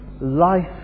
life